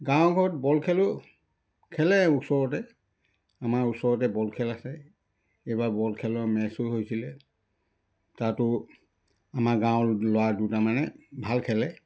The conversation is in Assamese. গাঁৱৰ ঘৰত বল খেলো খেলে ওচৰতে আমাৰ ওচৰতে বল খেল আছে এইবাৰ বল খেলৰ মেচো হৈছিলে তাতো আমাৰ গাঁৱৰ ল'ৰা দুটামানে ভাল খেলে